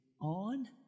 on